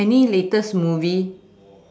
any latest movie